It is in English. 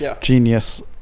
genius